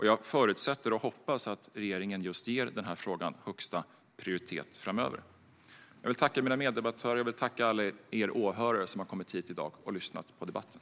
Jag förutsätter och hoppas att regeringen ger denna fråga högsta prioritet framöver. Jag vill tacka mina meddebattörer, och jag vill tacka er - alla ni åhörare som har kommit hit i dag och lyssnat på debatten.